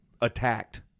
attacked